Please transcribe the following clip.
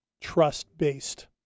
trust-based